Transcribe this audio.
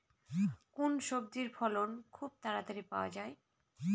কোন সবজির ফলন খুব তাড়াতাড়ি পাওয়া যায়?